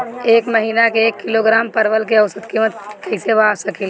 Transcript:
एक महिना के एक किलोग्राम परवल के औसत किमत कइसे पा सकिला?